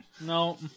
No